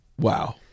Wow